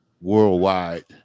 worldwide